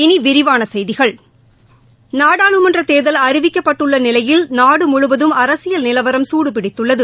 இனிவிரிவானசெய்திகள் நாடாளுமன்றதேர்தல் அறிவிக்கப்பட்டுள்ளநிலையில் நாடுமுழுவதும் அரசியல் நிலவரம் சூடு பிடத்துள்ளது